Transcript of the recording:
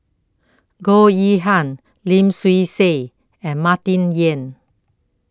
Goh Yihan Lim Swee Say and Martin Yan